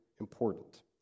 important